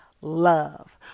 love